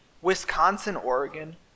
Wisconsin-Oregon